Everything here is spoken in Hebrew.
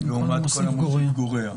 לעומת "כל המוסיף גורע".